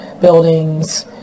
buildings